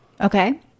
Okay